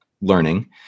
learning